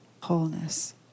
wholeness